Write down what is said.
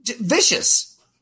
vicious